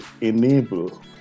enable